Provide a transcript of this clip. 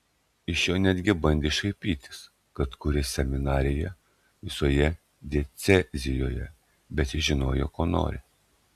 iš jo netgi bandė šaipytis kad kuria seminariją visoje diecezijoje bet jis žinojo ko nori